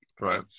right